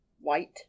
white